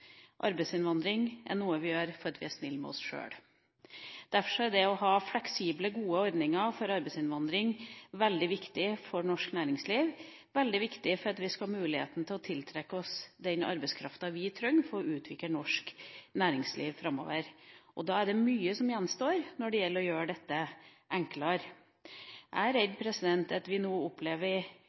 Arbeidsinnvandring er noe vi gjør for å være snille med oss selv. Derfor er det å ha fleksible, gode ordninger for arbeidsinnvandring veldig viktig for norsk næringsliv, veldig viktig for at vi skal ha muligheten til å tiltrekke oss den arbeidskraften vi trenger for å utvikle norsk næringsliv framover, og det er mye som gjenstår når det gjelder å gjøre dette enklere. Jeg er redd for at vi nå opplever